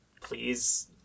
please